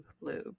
lube